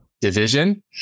division